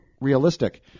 realistic